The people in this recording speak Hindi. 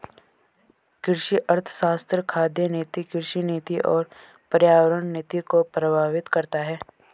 कृषि अर्थशास्त्र खाद्य नीति, कृषि नीति और पर्यावरण नीति को प्रभावित करता है